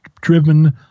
driven